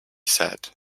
said